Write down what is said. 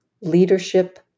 leadership